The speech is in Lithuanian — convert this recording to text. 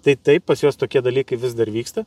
tai taip pas juos tokie dalykai vis dar vyksta